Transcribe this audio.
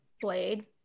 Blade